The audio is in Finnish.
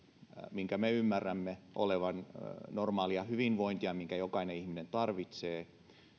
minkä me ymmärrämme olevan normaalia hyvinvointia mitä jokainen ihminen tarvitsee